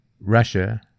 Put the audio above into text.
Russia